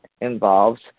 involves